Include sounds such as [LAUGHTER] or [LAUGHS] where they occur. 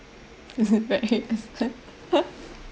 [LAUGHS] it's very expen~